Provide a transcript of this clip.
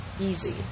easy